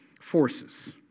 forces